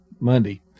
Monday